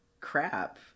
crap